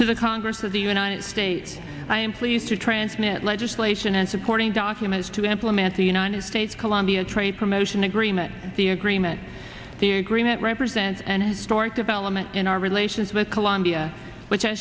to the congress of the united states i am pleased to transmit legislation and supporting documents to implement the united states colombia trade promotion agreement the agreement the agreement represents and historic development in our relations with colombia which